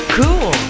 cool